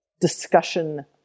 discussion